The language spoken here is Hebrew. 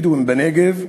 בדואיים, בנגב,